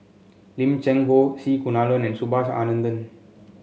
Lim Cheng Hoe C Kunalan and Subhas Anandan